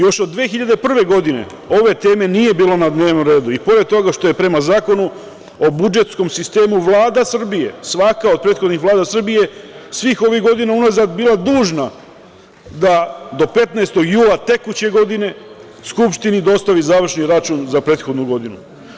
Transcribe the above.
Još od 2001. godine ove teme nije bilo na dnevnom redu i pored toga što je prema Zakonu o budžetskom sistemu Vlada Srbije, svaka od prethodnih Vlada Srbije, svih ovih godina unazad bila dužna da do 15. jula tekuće godine Skupštini dostavi završni račun za prethodnu godinu.